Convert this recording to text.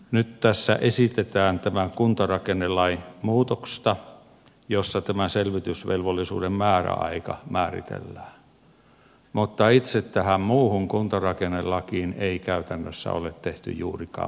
nyt tässä esitetään tämän kuntarakennelain muutosta jossa tämä selvitysvelvollisuuden määräaika määritellään mutta itse tähän muuhun kuntarakennelakiin ei käytännössä ole tehty juurikaan muutoksia